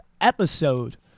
episode